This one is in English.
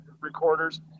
recorders